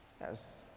Yes